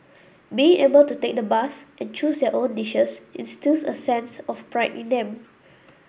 being able to take the bus and choose their own dishes instills a sense of pride in them